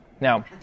Now